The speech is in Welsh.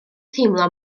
teimlo